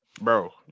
bro